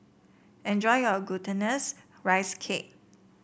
enjoy your Glutinous Rice Cake